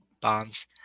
Bonds